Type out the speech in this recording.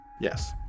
Yes